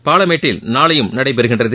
பாலமேட்டில் நாளையும் நடைபெறுகிறது